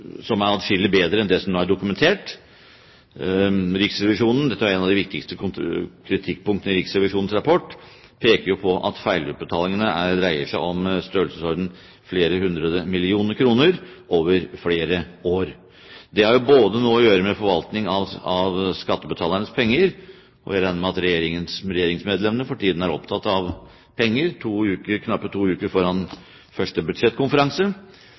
som er atskillig bedre enn det som er dokumentert. Riksrevisjonen peker jo på – og dette er et av de viktigste kritikkpunktene i Riksrevisjonens rapport – at feilutbetalingene dreier seg om flere hundre millioner kr over flere år. Det har noe å gjøre med forvaltning av skattebetalernes penger, og jeg regner også med at regjeringsmedlemmene for tiden er opptatt av penger – knappe to uker foran første budsjettkonferanse.